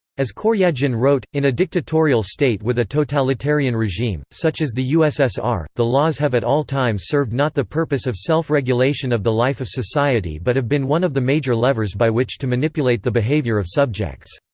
as koryagin wrote, in a dictatorial state with a totalitarian regime, such as the ussr, the laws have at all times served not the purpose of self-regulation of the life of society but have been one of the major levers by which to manipulate the behavior of subjects.